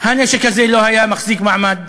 הנשק הזה לא היה מחזיק מעמד,